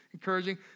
encouraging